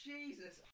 Jesus